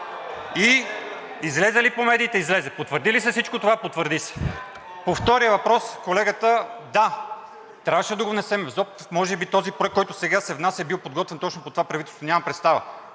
И излезе ли по медиите? Излезе! Потвърди ли се всичко това? Потвърди се! По втория въпрос на колегата, да, трябваше да го внесем ЗОП, може би този проект, който сега се внася, е бил подготвен точно по това правителство. Нямам представа.